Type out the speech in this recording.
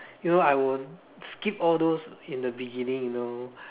you know I would skip all those in the beginning you know